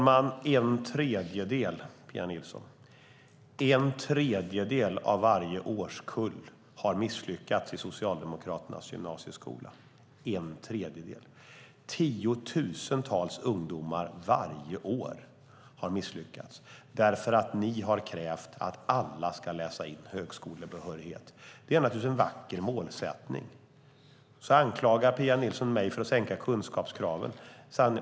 Fru talman! En tredjedel av varje årskull har misslyckats i Socialdemokraternas gymnasieskola - en tredjedel, Pia Nilsson! Tiotusentals ungdomar varje år har misslyckats därför att ni har krävt att alla ska läsa in högskolebehörighet, men det är naturligtvis en vacker målsättning. Pia Nilsson anklagar mig för att sänka kunskapskraven.